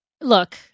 Look